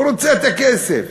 הוא רוצה את הכסף.